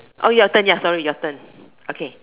oh your turn ya sorry your turn okay